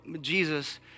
Jesus